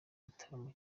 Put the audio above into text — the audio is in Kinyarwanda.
gitaramo